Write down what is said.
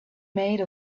made